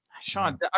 Sean